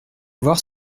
voir